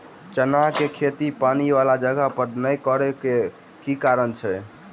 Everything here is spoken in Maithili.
चना केँ खेती पानि वला जगह पर नै करऽ केँ के कारण छै?